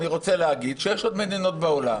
אני רוצה להגיד, שיש עוד מדינות בעולם.